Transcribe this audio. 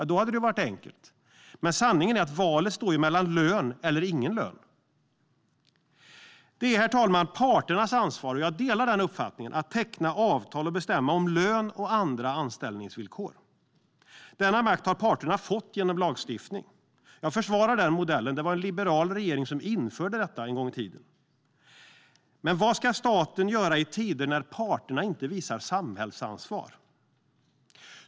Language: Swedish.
Då hade det ju varit enkelt, men sanningen är att valet står mellan lön eller ingen lön. Det är parternas ansvar att teckna avtal och bestämma om löner och andra anställningsvillkor, herr talman, och jag delar den uppfattningen. Denna makt har parterna fått genom lagstiftning. Jag försvarar den modellen; det var en liberal regering som införde detta en gång i tiden. Men vad ska staten göra i tider när parterna inte visar samhällsansvar?